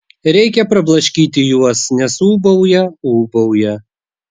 reikia prablaškyti juos nes ūbauja ūbauja